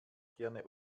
gerne